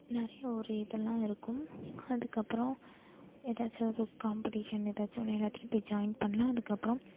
நிறைய ஒரு இதெல்லாம் இருக்கும் அதுக்கப்புறம் எதாச்சும் ஒரு காம்பட்டீஷன் எதாச்சும் ஒன்று எல்லாத்துலேயும் போய் ஜாய்ன் பண்ணலாம் அதுக்கப்புறம்